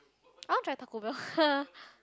I want try Taco-Bell